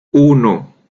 uno